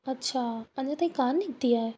अछा अञा ताईं कोन निकिती आहे